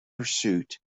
pursuit